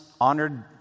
honored